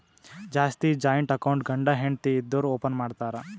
ಜಾಸ್ತಿ joint account ಗಂಡ ಹೆಂಡತಿ ಇದ್ದೋರು ಓಪನ್ ಮಾಡ್ತಾರ್